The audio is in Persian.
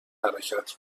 حرکت